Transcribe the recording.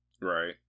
Right